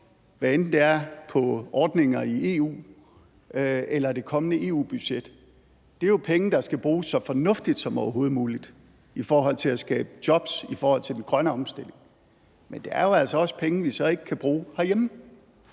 hvad enten det er på ordninger i EU eller det kommende EU-budget, jo penge, der skal bruges så fornuftigt som overhovedet muligt i forhold til at skabe jobs, i forhold til den grønne omstilling. Men det er jo altså også penge, vi så ikke kan bruge herhjemme,